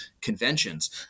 conventions